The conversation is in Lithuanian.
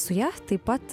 su ja taip pat